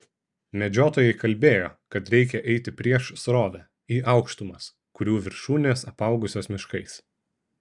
medžiotojai kalbėjo kad reikią eiti prieš srovę į aukštumas kurių viršūnės apaugusios miškais